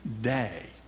day